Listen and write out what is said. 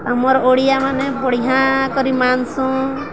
ଆମର ଓଡ଼ିଆ ମାନେ ବଢ଼ିଆ କରି ମାଂସ